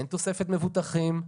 אין תוספת מבוטחים,